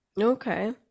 okay